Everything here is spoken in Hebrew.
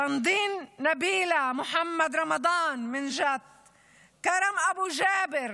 סנדין נבילה מחמוד רמדאן, קרם אבו ג'אבר